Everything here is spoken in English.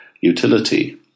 utility